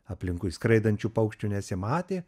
aplinkui skraidančių paukščių nesimatė